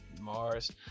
Mars